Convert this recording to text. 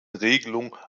regelung